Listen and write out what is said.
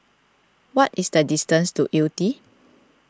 what is the distance to Yew Tee